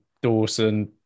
Dawson